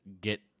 get